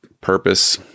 purpose